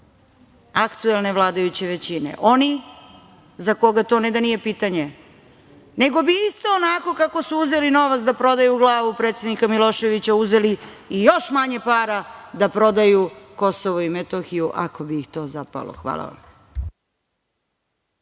aktuelne vladajuće većine, oni za koga to ne da nije pitanje, nego bi isto onako kako su uzeli novac da prodaju glavu predsednika Miloševića, uzeli još manje para da prodaju KiM, ako bi im to zapalo. Hvala.